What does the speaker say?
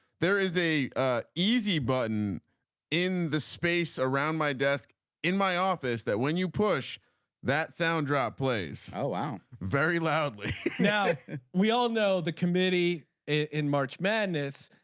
there is a easy button in the space around my desk in my office that when you push that sound drop plays out very loudly. now we all know the committee in march madness.